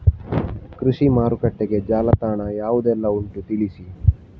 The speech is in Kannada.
ಕೃಷಿ ಮಾರುಕಟ್ಟೆಗೆ ಜಾಲತಾಣ ಯಾವುದೆಲ್ಲ ಉಂಟು ತಿಳಿಸಿ